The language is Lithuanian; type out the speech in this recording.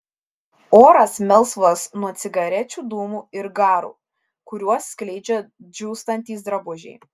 oras melsvas nuo cigarečių dūmų ir garų kuriuos skleidžia džiūstantys drabužiai